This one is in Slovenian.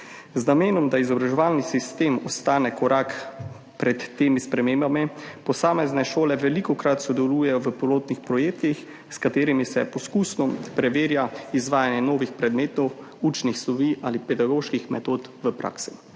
Z namenom, da izobraževalni sistem ostane korak pred temi spremembami, posamezne šole velikokrat sodelujejo v pilotnih projektih, s katerimi se poskusno preverja izvajanje novih predmetov, učnih snovi ali pedagoških metod v praksi.